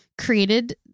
created